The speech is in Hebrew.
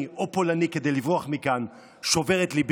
או פולני כדי לברוח מכאן שובר את ליבי.